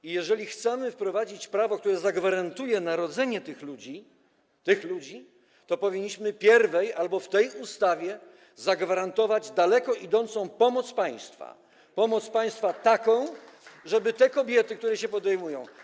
I jeżeli chcemy wprowadzić prawo, które zagwarantuje narodzenie tych ludzi - tych ludzi - to powinniśmy pierwej albo w tej ustawie zagwarantować daleko idącą pomoc państwa, taką pomoc państwa, żeby te kobiety, które się podejmują.